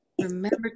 Remember